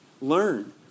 Learn